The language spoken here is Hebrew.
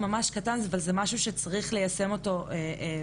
כדי שבאמת נוכל להרגיש בהשפעה שלו.